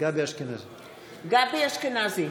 גבי אשכנזי,